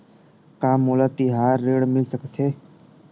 का मोला तिहार ऋण मिल सकथे?